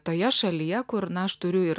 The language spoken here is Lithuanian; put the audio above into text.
toje šalyje kur na aš turiu ir